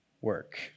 work